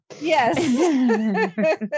yes